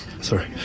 Sorry